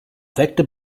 vector